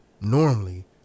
normally